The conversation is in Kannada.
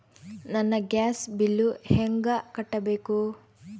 ನನ್ನ ಗ್ಯಾಸ್ ಬಿಲ್ಲು ಹೆಂಗ ಕಟ್ಟಬೇಕು?